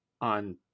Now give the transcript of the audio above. on